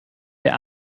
der